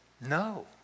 No